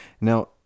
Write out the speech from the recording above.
Now